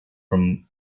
from